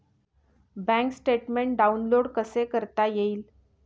Bank statement download कसे करता येईल?